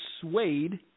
swayed